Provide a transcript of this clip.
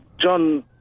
John